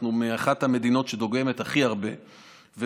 אנחנו אחת המדינות שדוגמות הכי הרבה ובודקות,